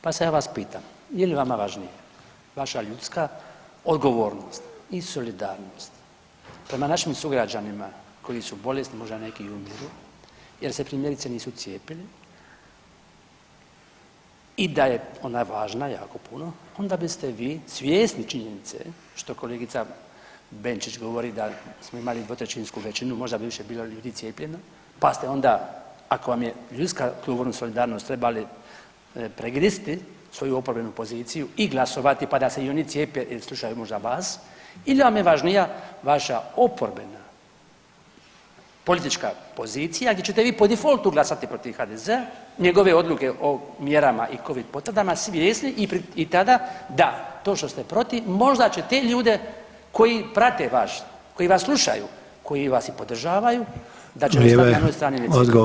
Pa sad ja vas pitam, je li vama važnije vaša ljudska odgovornost i solidarnost prema našim sugrađanima koji su bolesni, možda neki i umiru jer se, primjerice, nisu cijepili i da je ona važna jako puno, onda biste vi svjesni činjenice što kolegica Benčić govori da smo imali dvotrećinsku većinu, možda bi više ljudi bilo cijepljeno, pa ste onda, ako vam je ljudska ... solidarnost trebali pregristi svoju oporbenu poziciju i glasovati pa da se i oni cijepe ili slušaju možda vas ili vam je važnija vaša oporbena politička pozicija di ćete vi po defaultu glasati protiv HDZ-a, njegove odluke o mjerama i Covid potvrdama svjesni i tada da to što ste protiv, možda će te ljude koji prate vas, koji vas slušaju, koji vas i podržavaju, da će [[Upadica: Vrijeme, odgovor.]] ostati na jednoj strani necijepljeni.